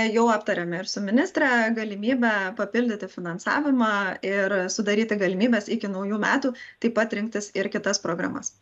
jau aptarėme ir su ministre galimybę papildyti finansavimą ir sudaryti galimybes iki naujų metų taip pat rinktis ir kitas programas